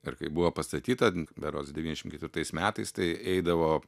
ir kai buvo pastatyta berods devyniasdešim ketvirtais metais tai eidavo